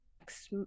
next